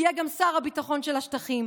שיהיה גם שר הביטחון של השטחים,